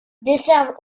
desservent